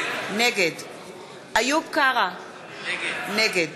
נגד איוב קרא, נגד